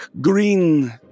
green